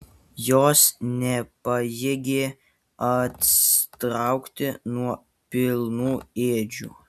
jos nepajėgė atsitraukti nuo pilnų ėdžių